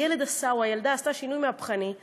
הילד או הילדה עשו שינוי מהפכני,